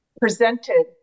presented